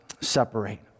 separate